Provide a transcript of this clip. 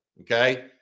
Okay